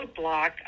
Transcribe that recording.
roadblock